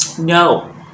no